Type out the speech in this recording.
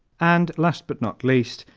and last but not least,